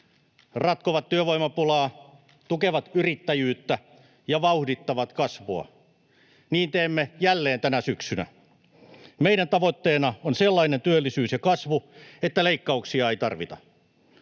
ratkovat työvoimapulaa, tukevat yrittäjyyttä ja vauhdittavat kasvua. Niin teemme jälleen tänä syksynä. Meidän tavoitteenamme on sellainen työllisyys ja kasvu, että leikkauksia ei tarvita.